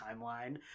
timeline